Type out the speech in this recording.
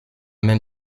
même